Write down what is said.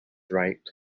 right